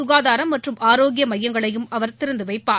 சுகாதாரம் மற்றும் ஆரோக்கிய மையங்களையும் அவர் திறந்துவைப்பார்